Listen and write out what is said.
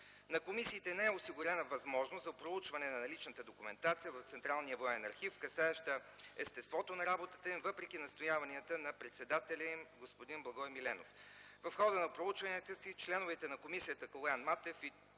На комисиите не е осигурена възможност за проучване на наличната документация в Централния военен архив, касаеща естеството на работата им въпреки настояванията на председателя им господин Благой Миленов. В хода на проучванията си членовете на комисията Калоян Матев